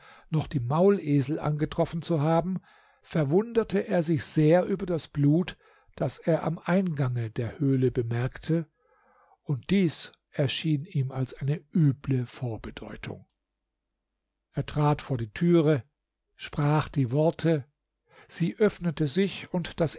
noch die maulesel angetroffen zu haben verwunderte er sich sehr über das blut das er am eingange der höhle bemerkte und dies erschien ihm als eine üble vorbedeutung er trat vor die türe sprach die worte sie öffnete sich und das